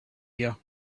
year